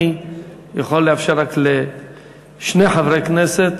אני יכול לאפשר רק לשני חברי כנסת,